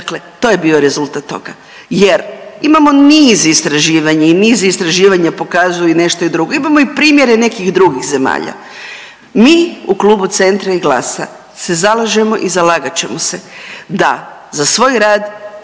Dakle, to je bio rezultat toga jer imamo niz istraživanja i niz istraživanja pokazuju nešto i drugo, imamo i primjere nekih drugih zemalja. Mi u Klubu Centra i GLAS-a se zalažemo i zalagat ćemo se da svoj rad